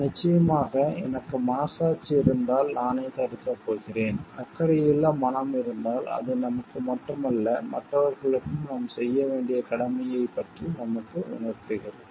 நிச்சயமாக எனக்கு மனசாட்சி இருந்தால் நானே தடுக்கப் போகிறேன் அக்கறையுள்ள மனம் இருந்தால் அது நமக்கு மட்டுமல்ல மற்றவர்களுக்கும் நாம் செய்ய வேண்டிய கடமையைப் பற்றி நமக்கு உணர்த்துகிறது